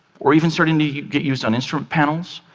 or even starting to get used on instrument panels,